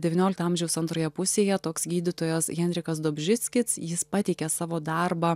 devyniolikto amžiaus antroje pusėje toks gydytojas henrikas dobžitskis jis pateikė savo darbą